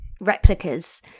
replicas